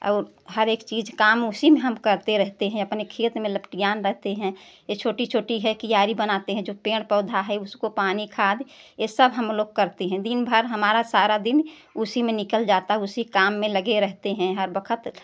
और हर एक चीज़ काम उसी में हम करते रहेते हैं अपने खेत में लपटियान रहेते हैं ये छोटी छोटी है क्यारी बनाते हैं जो पेड़ पौधा है उसको पानी खाद ये सब हम लोग करती हैं दिन भर हमारा सारा दिन उसी में निकल जाता है उसी काम में लगे रहेते हैं हर वक़्त